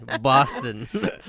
Boston